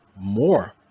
more